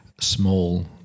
small